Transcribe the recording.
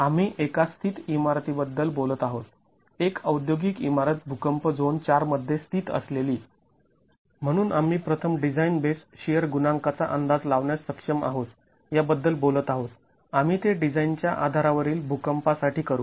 आम्ही एका स्थित इमारती बद्दल बोलत आहोत एक औद्योगिक इमारत भूकंप झोन IV मध्ये स्थित असलेली म्हणून आम्ही प्रथम डिझाईन बेस शिअर गुणांकाचा अंदाज लावण्यास सक्षम आहोत याबद्दल बोलत आहोत आम्ही ते डिझाईन च्या आधारावरील भूकंपासाठी करु